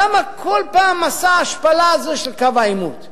למה כל פעם מסע ההשפלה הזה של קו העימות?